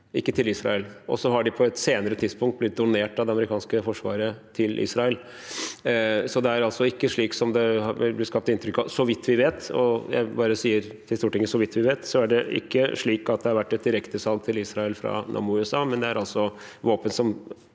spørretime 2037 har de på et senere tidspunkt blitt donert av det amerikanske forsvaret til Israel. Så det er altså ikke slik som det blir skapt inntrykk av, så vidt vi vet. Jeg bare sier til Stortinget: Så vidt vi vet, er det ikke slik at det har vært et direktesalg til Israel fra Nammo i USA, men det er våpen som